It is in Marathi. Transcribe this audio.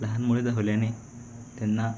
लहान मुले धावल्याने त्यांना